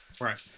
Right